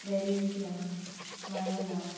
रॅलिसिया मायोला